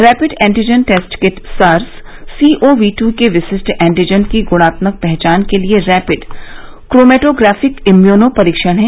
rapid antigen test kit SARS CoV two के विशिष्ट antigen की गुणात्मक पहचान के लिए रैपिड क्रोमैटोग्राफिक इम्यूनो परीक्षण है